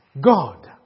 God